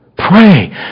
Pray